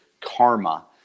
karma